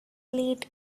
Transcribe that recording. late